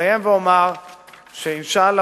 אסיים ואומר שאינשאללה,